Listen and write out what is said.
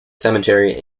cemetery